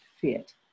fit